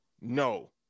No